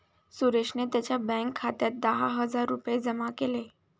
सुरेशने त्यांच्या बँक खात्यात दहा हजार रुपये जमा केले